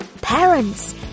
Parents